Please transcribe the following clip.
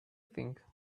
think